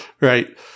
right